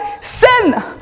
sin